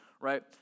right